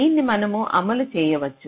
దీన్ని మనము అమలు చేయవచ్చు